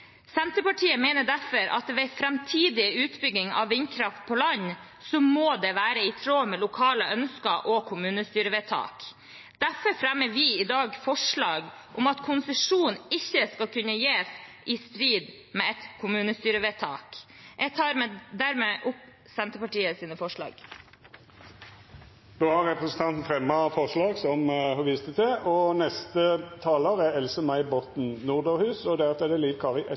Senterpartiet mener derfor at ved framtidig utbygging av vindkraft på land må dette være i tråd med lokale ønsker og kommunestyrevedtak. Derfor fremmer vi i dag forslag om at konsesjon ikke skal kunne gis i strid med et kommunestyrevedtak. Jeg tar hermed opp det forslaget Senterpartiet er med på. Representanten Sandra Borch har teke opp det forslaget ho refererte til. Jeg vil starte med å takke saksordføreren for en god jobb. Selve forslaget har som